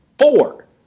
four